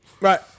Right